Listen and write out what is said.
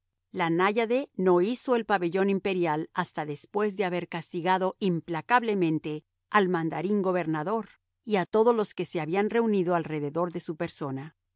la náyade no izó el pabellón imperial hasta después de haber castigado implacablemente al mandarín gobernador y a todos los que se habían reunido alrededor de su persona